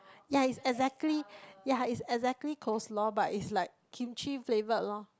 ya is exactly ya is exactly coleslaw but is like Kimchi flavored loh